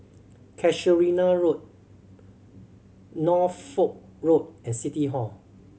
Casuarina Road Norfolk Road and City Hall